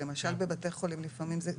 למשל בבתי חולים לפעמים זה,